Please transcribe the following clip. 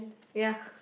ya